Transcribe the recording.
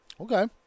Okay